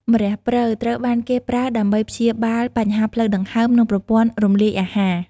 ម្រះព្រៅ ត្រូវបានគេប្រើដើម្បីព្យាបាលបញ្ហាផ្លូវដង្ហើម និងប្រព័ន្ធរំលាយអាហារ។